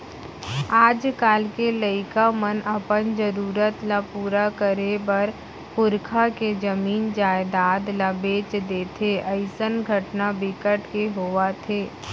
आजकाल के लइका मन अपन जरूरत ल पूरा करे बर पुरखा के जमीन जयजाद ल बेच देथे अइसन घटना बिकट के होवत हे